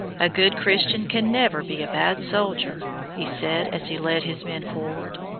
a good christian can never be a bad soldier, he said as he led his men forward.